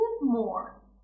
more